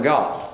God